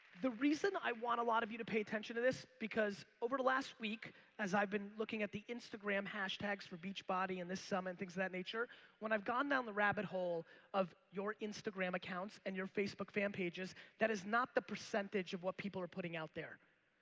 the reason i want a lot of you to pay attention to this because over the last week as i've been looking at the instagram hashtags for beachbody and this summit and things of that nature when i've gone down the rabbit hole of your instagram accounts and your facebook fan pages that is not the percentage of what people are putting out there.